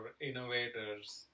innovators